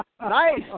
Nice